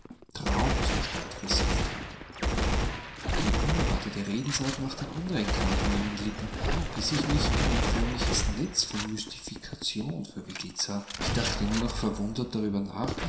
traumzustand versetzt hatte eine unerwartete redensart nach der anderen kam von ihren lippen bis ich mich in ein förmliches netz von mystifikation verwickelt sah ich dachte nur noch verwundert darüber nach